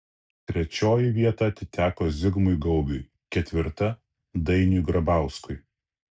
trečioji vieta atiteko zigmui gaubiui ketvirta dainiui grabauskui